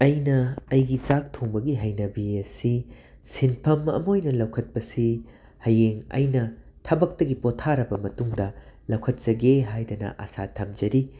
ꯑꯩꯅ ꯑꯩꯒꯤ ꯆꯥꯛ ꯊꯣꯡꯕꯒꯤ ꯍꯩꯅꯕꯤ ꯑꯁꯤ ꯁꯤꯟꯐꯝ ꯑꯃ ꯑꯣꯏꯅ ꯂꯧꯈꯠꯄꯁꯤ ꯍꯌꯦꯡ ꯑꯩꯅ ꯊꯕꯛꯇꯒꯤ ꯄꯣꯠꯊꯥꯔꯕ ꯃꯇꯨꯡꯗ ꯂꯧꯈꯠꯆꯒꯦ ꯍꯥꯏꯗꯅ ꯑꯁꯥ ꯊꯝꯖꯔꯤ